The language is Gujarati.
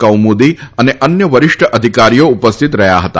કૌમુદી અને અન્ય વરિષ્ઠ અધિકારીઓ ઉપસ્થિત રહયાં હતા